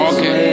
Okay